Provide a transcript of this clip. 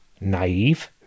naive